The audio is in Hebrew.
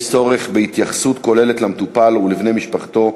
יש צורך בהתייחסות כוללת למטופל ולבני משפחתו,